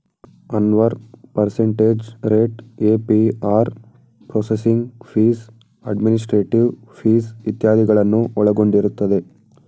Anwar percentage rate, APR processing fees, administrative fees ಇತ್ಯಾದಿಗಳನ್ನು ಒಳಗೊಂಡಿರುತ್ತದೆ